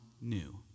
new